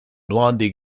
blondie